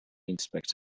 inspect